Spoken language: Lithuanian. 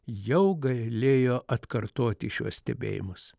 jau gailėjo atkartoti šiuos stebėjimus